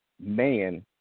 man